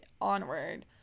onward